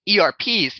ERPs